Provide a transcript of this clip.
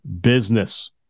business